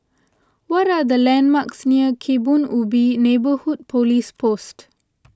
what are the landmarks near Kebun Ubi Neighbourhood Police Post